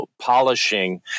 polishing